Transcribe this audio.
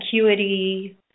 acuity